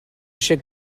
eisiau